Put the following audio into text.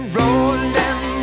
rolling